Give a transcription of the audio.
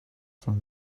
from